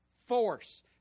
force